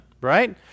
right